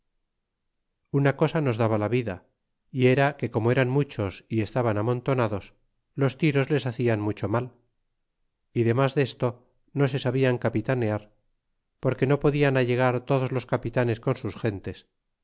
una cosa nos daba la vida y era que como eran muchos y estaban amontonados los tiros les hacian mucho mal y de mas desto no se sabian capitanear porque no podian allegar todos los capitanes con sus gentes